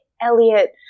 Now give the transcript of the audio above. Elliot